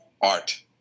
art